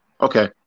Okay